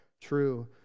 true